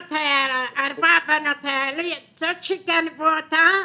ארבע בנות היה לי, זאת שגנבו אותה,